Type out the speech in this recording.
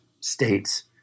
states